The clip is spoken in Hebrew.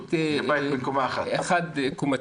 בית חד-קומתי.